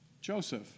Joseph